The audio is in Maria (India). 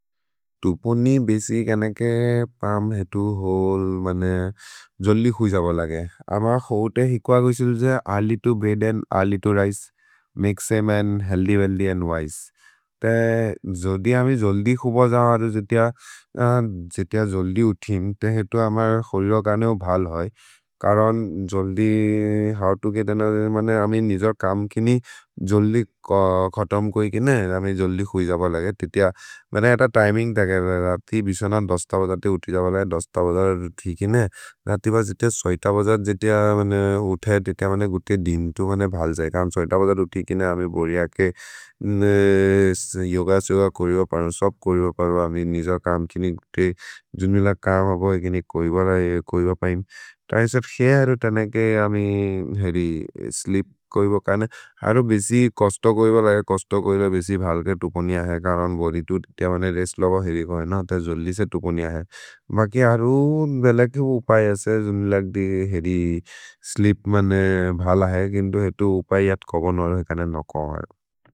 तुपुनि बेसि केनके पम् हेतु होल्, मने जल्दि हुइ जब लगे। अम होते हिक्व गुसिल् जे early to bed and early to rise. Make समे and healthy, wealthy and wise. ते जोदि अमे जल्दि हुब जहरो, जेतिय जल्दि उथिम्, ते हेतु अम होरि रोकने हो भल् होइ। करन् जल्दि होव् तो गेत् अनोथेर्, मने अमे निजोर् कम् किनि जल्दि खतम् कोइ किने, जमि जल्दि हुइ जब लगे। तेतिय, मेने एत तिमिन्ग् धेके, रति बिशोन दस्त बजर् ते उथि जब लगे। दस्त बजर् थि किने, रतिब जेते सैत बजर् जेतेय मने उथे, तेतिय मने गुते दिम्तु मने भल् जये। करन् सैत बजर् उथि किने, अमे बोर्य के योग सेओग कोरिब परो। सब् कोरिब परो, अमे निजोर् कम् किनि, कुते जुन्मिल कम् हपो, एकिनि कोइब पैम्। तैसब् शे हरु तनके अमे हरि स्लीप् कोइब, करने हरु बेसि कस्तो कोइब लगे, कस्तो कोइब बेसि भल्के तुपुनि अहे। करन् बोर्य तुतिय मने रेस्त् लब, हेरि कोहे न, ते जल्दि से तुपुनि अहे। मकि हरु बेल के उपय् असे, जुन्मिल के हेरि स्लीप् मने भल है, किन्तु हेतु उपय् अत्कोबन् होर, हेकने न कोह है।